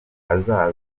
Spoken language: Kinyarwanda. hazaza